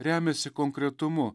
remiasi konkretumu